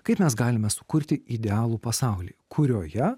kaip mes galime sukurti idealų pasaulį kurioje